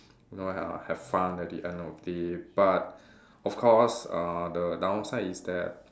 you know have have fun at the end of the day but of course uh the downside is that